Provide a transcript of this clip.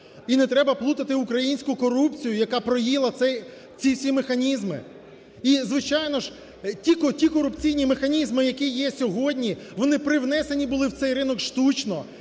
і не треба плутати українську корупцію, яка проїла ці всі механізми. І, звичайно ж, ті корупційні механізми, які є сьогодні, вони привнесені були в цей ринок штучно